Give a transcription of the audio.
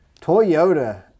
Toyota